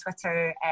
Twitter